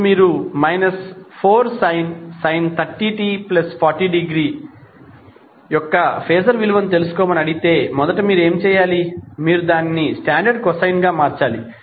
ఇప్పుడు మీరు 4sin 30t40° యొక్క ఫేజర్ విలువను తెలుసుకోమని అడిగితే మొదట మీరు ఏమి చేయాలి మీరు దానిని స్టాండర్డ్ కొసైన్ గా మార్చాలి